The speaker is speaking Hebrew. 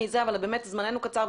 אבל באמת זמננו קצר,